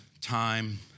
time